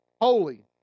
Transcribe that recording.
Holy